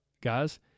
guys